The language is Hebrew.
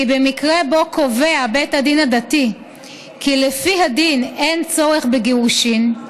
כי במקרה בו קובע בית הדין הדתי כי לפי הדין אין צורך בגירושין,